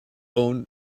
own